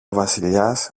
βασιλιάς